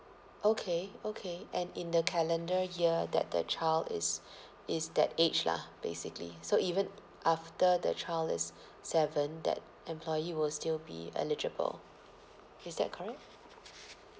okay okay and in the calendar year that the child is is that age lah basically so even after the child is seven that employee will still be eligible is that correct